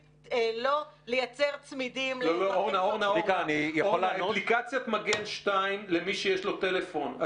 חד משמעית לא לייצר צמידים --- אפליקציית מגן 2 למי שיש לו טלפון,